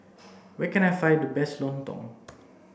where can I find the best Lontong